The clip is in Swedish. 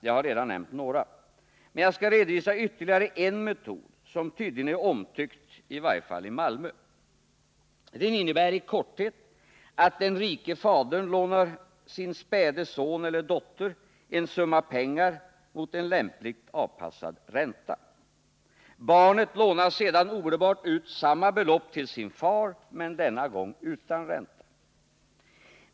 Jag har redan nämnt några, men jag skall redovisa ytterligare en metod som tydligen är omtyckt, i varje fall i Malmö. Metoden innebär i korthet att den rike fadern lånar sin späde son eller dotter en summa pengar mot en lämpligt avpassad ränta. Barnet lånar sedan omedelbart ut samma belopp till sin far, men denna gång utan ränta.